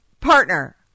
partner